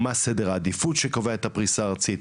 מה סדר העדיפות שקובע את הפריסה הארצית,